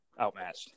outmatched